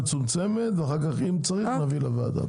מצומצמת ואם צריך נביא לוועדה.